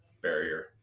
barrier